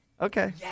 Okay